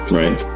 right